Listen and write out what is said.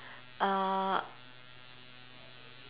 err